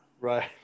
Right